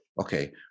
okay